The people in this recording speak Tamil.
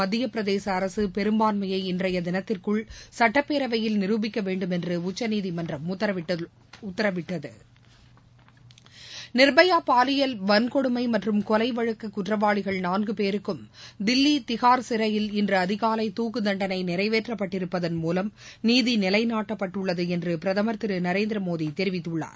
மத்திய பிரதேச முன்னதாக பெரும்பான்மையை இன்றைய தினத்திற்குள் சட்டப்பேரவையில் நிருபிக்க வேண்டுமென்று உச்சநீதிமன்றம் உத்தரவிட்டது நிர்பயா பாலியல் வன்கொடுனம மற்றம் கொலை வழக்கு குற்றவாளிகள் நான்கு பேருக்கும் தில்லி திகார் சிறையில் இன்று அதிகாலை தூக்குத் தண்டனை நிறைவேற்றப்பட்டிருப்பதன் மூலம் நீதி நிலைநாட்டப்பட்டுள்ளது என்று பிரதமர் திரு நரேந்திரமோடி தெரிவித்துள்ளார்